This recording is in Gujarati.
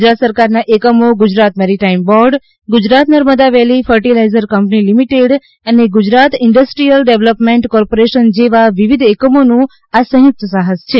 ગુજરાત સરકારના એકમો Gujarat maritime board Gujarat Narmada valley fertiliser company limited અને ગુજરાત ઇન્ડસ્ટ્રીયલ ડેવલોપમેન્ટ કોર્પોરેશન જેવા વિવિધ એકમોનુ આ સંયુકત સાહસ છે